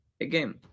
again